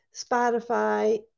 Spotify